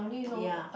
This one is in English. ya